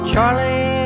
Charlie